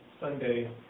Sunday